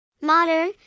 Modern